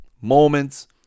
moments